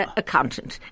accountant